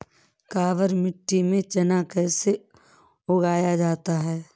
काबर मिट्टी में चना कैसे उगाया जाता है?